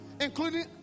including